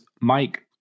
Mike